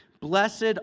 blessed